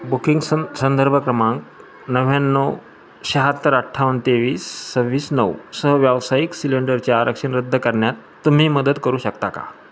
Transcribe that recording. booking सं संदर्भ क्रमांक नव्याण्णव शहात्तर अठ्ठावन्न तेवीस सव्वीस नऊ सह व्यावसायिक सिलेंडरचे आरक्षण रद्द करण्यात तुम्ही मदत करू शकता का